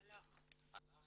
הלך.